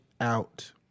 out